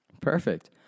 Perfect